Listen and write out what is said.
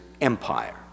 empire